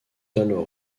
alors